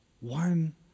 One